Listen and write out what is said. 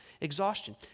exhaustion